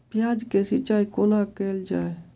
प्याज केँ सिचाई कोना कैल जाए?